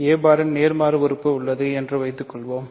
a பாரின் நேர்மாறு உறுப்பு உள்ளது என்று வைத்துக்கொள்வோம்